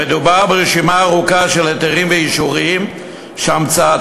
מדובר ברשימה ארוכה של היתרים ואישורים שהמצאתם